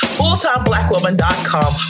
fulltimeblackwoman.com